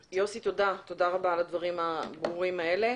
יוסי, תודה רבה על הדברים הברורים האלה.